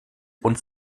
uns